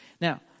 Now